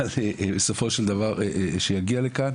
אבל בסופו של דבר שיגיע לכאן